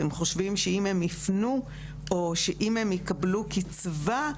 הם חושבים שאם הם יפנו או שאם הם יקבלו קצבה,